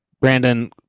Brandon